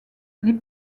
les